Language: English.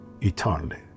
eternally